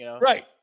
Right